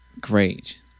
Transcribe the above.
great